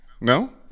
No